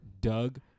Doug